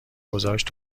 گذاشت